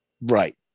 Right